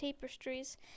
tapestries